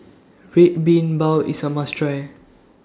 Red Bean Bao IS A must Try